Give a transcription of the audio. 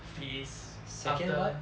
phase after